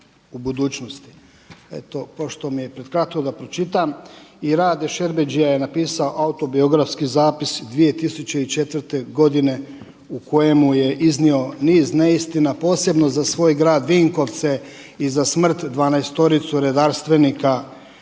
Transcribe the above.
u budućnosti. Pošto mi je prekratko da pročitam, i Rade Šerbedžija je napisao autobiografski zapis 2004. godine u kojemu je iznio niz neistina posebno za svoj grad Vinkovce i za smrt 12-ice redarstvenika.